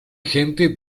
gente